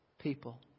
people